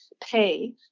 pay